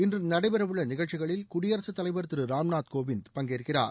இன்று நடைபெறவுள்ள நிகழ்ச்சிகளில் குடியரசுத்தலைவர் திரு ராம்நாத்கோவிந்த் பங்கேற்கிறார்